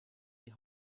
die